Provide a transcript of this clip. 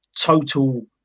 total